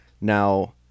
Now